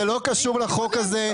אבל זה לא קשור לחוק הזה.